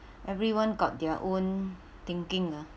everyone got their own thinking ah